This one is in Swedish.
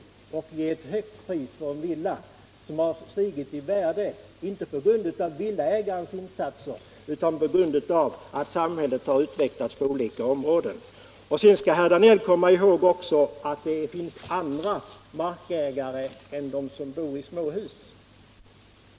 Han kommer att få ge ett högt pris för en villa som stigit i värde, inte på grund av villaägarens insatser utan på grund av att samhället har utvecklats på olika områden. Sedan skall herr Danell också komma ihåg att det finns andra markägare än de som bor i småhus.